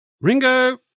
ringo